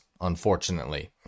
unfortunately